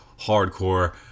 hardcore